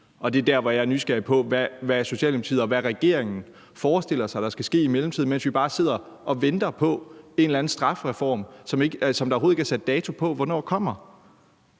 Og det er der, hvor jeg er nysgerrig på, hvad Socialdemokratiet og hvad regeringen forestiller sig der skal ske i mellemtiden, mens vi bare sidder og venter på en eller anden strafreform, som der overhovedet ikke er sat dato på hvornår kommer.